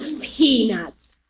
Peanuts